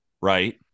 right